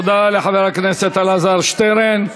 תודה לחבר הכנסת אלעזר שטרן.